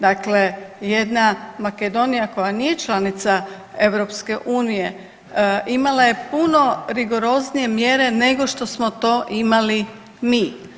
Dakle, jedna Makedonija koja nije članica EU imala je puno rigoroznije mjere nego što smo to imali mi.